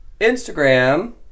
Instagram